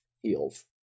Heels